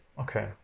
Okay